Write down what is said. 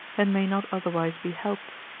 and may not otherwise be helped.